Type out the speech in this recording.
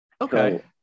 Okay